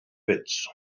pits